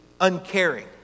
uncaring